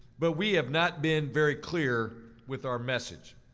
but we have not been very clear with our message.